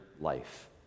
life